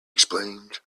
explained